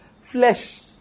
Flesh